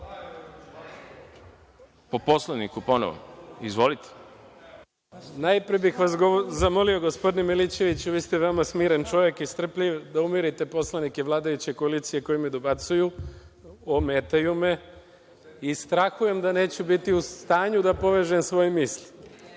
**Nemanja Šarović** Najpre bih vas zamolio, gospodine Milićeviću, vi ste veoma smiren čovek i strpljiv, da umirite poslanike vladajuće koalicije, koji mi dobacuju, ometaju me i strahujem da neću biti u stanju da povežem svoje misli. Vi